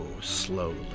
slowly